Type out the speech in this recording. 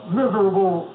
miserable